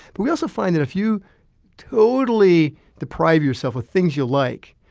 but we also find that if you totally deprive yourself of things you like,